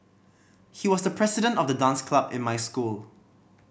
he was the president of the dance club in my school